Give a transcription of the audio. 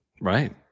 Right